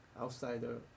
outsider